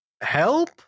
help